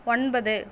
ஒன்பது